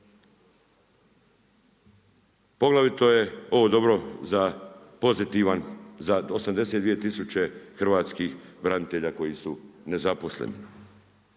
poglavito je ovo dobro za pozitivan za 82 tisuće hrvatskih branitelja koji su nezaposleni